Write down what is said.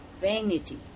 vanity